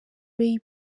ray